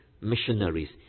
missionaries